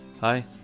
Hi